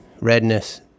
redness